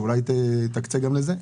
שאולי שתקצה גם לזה.